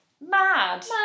Mad